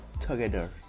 together